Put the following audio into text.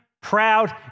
proud